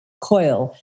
coil